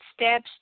steps